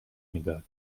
میداد